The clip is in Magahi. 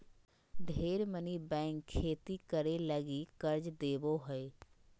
ढेर मनी बैंक खेती करे लगी कर्ज देवो हय